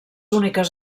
úniques